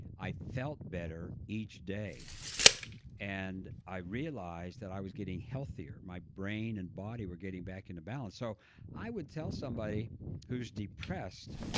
i felt better each day and i realized that i was getting healthier. my brain and body were getting back into balance so i would tell somebody who's depressed,